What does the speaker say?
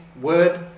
word